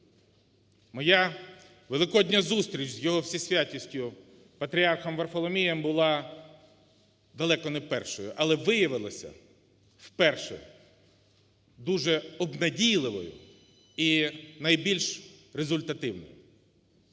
Моя великодня зустріч з Його Всесвятістю Патріархом Варфоломієм була далеко не першою, але, виявилося, вперше дуже обнадійливою і найбільш результативною.